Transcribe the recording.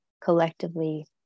collectively